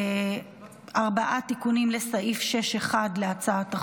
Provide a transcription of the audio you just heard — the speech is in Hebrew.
ארבעה תיקונים לסעיף 6(1) להצעת החוק.